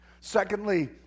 secondly